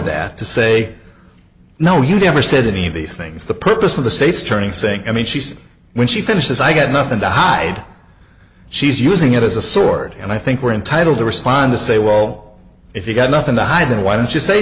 that to say no you never said any of these things the purpose of the state's attorney saying i mean she said when she finishes i got nothing to hide she's using it as a sword and i think we're entitled to respond to say well if you've got nothing to hide then why don't you say